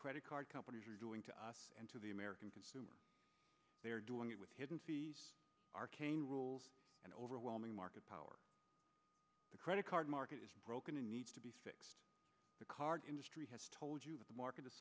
credit card companies are doing to us and to the american consumer they are doing it with hidden arcane rules and overwhelming market power the credit card market is broken and needs to be fixed the card industry has told you that the market is